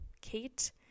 Kate